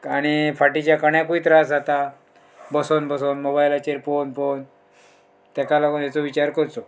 आनी फाटीच्या कण्याकूय त्रास जाता बसोन बसोन मोबायलाचेर पळोवन पळोवन ताका लागून हेचो विचार करचो